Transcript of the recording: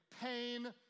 pain